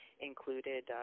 included